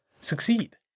succeed